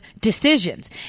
decisions